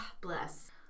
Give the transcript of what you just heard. Bless